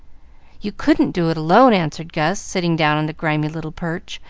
you couldn't do it alone, answered gus, sitting down on the grimy little perch,